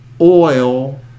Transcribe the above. oil